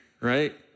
right